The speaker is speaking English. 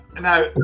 Now